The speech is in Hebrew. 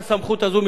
לרשום את,